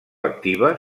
activa